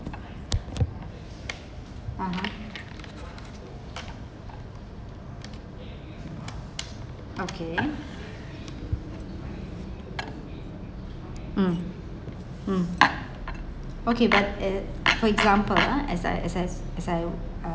okay mm mm okay but uh for example ah as I as I s~ as I uh